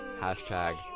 Hashtag